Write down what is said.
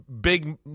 big